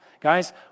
Guys